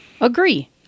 agree